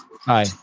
Hi